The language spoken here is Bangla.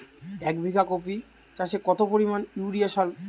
এক বিঘা কপি চাষে কত পরিমাণ ইউরিয়া সার দেবো?